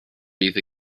bydd